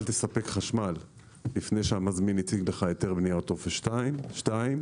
אל תספק חשמל לפני שהמזמין הציג לך היתר בנייה או טופס 2. שנית,